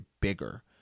bigger